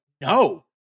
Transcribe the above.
No